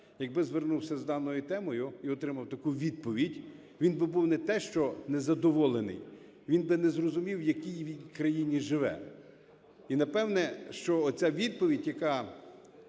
якби звернувся з даною темою і отримав таку відповідь, він би був не те, що незадоволений, він би не зрозумів, в якій він країні живе. І, напевно, що оця відповідь, яка